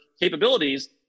capabilities